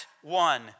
one